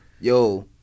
yo